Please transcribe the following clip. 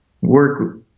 work